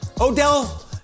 Odell